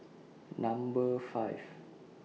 Number five